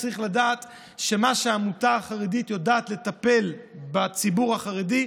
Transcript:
צריך לדעת שכמו שהעמותה החרדית יודעת לטפל בציבור החרדי,